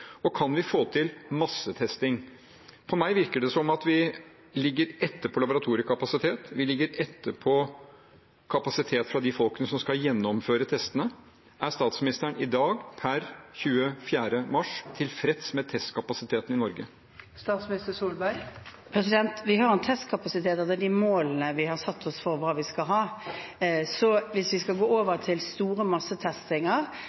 og kan vi få til en massetesting? På meg virker det som vi ligger etter på laboratoriekapasitet, og at vi ligger etter når det gjelder kapasitet hos dem som skal gjennomføre testene. Er statsministeren i dag, per 24. mars, tilfreds med testkapasiteten i Norge? Vi har en testkapasitet etter de målene vi har satt oss for hva vi skal ha, så hvis vi skal gå